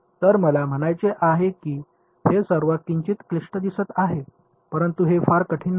तर मला म्हणायचे आहे की हे सर्व किंचित क्लिष्ट दिसत आहे परंतु हे फार कठीण नाही